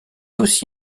aussi